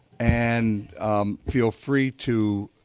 and feel free to